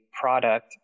product